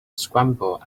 scrambled